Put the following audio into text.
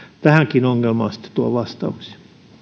tähänkin ongelmaan sitten tuo vastauksia